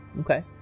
Okay